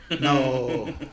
No